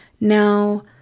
Now